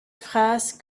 phrase